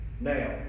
Now